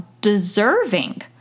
deserving